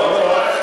לא, לא.